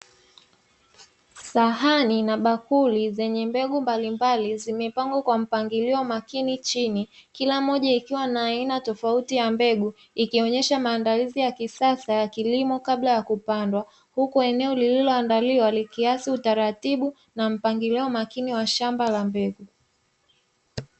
Sahani na bakuli zenye mbegu mbalimbali zimepangwa kwa mpangilio makini chini kila moja ikiwa na aina tofauti ya mbegu ikionyesha maandalizi ya kisasa ya kilimo kabla ya kupandwa, huku eneo lililoandaliwa likiaksi utaratibu na mpangilio makini wa shamba la mbegu.